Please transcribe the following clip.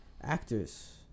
actors